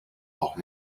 noch